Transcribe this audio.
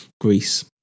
Greece